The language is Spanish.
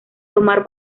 tomar